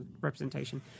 representation